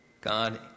God